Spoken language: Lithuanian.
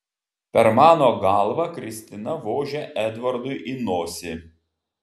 per mano galvą kristina vožia edvardui į nosį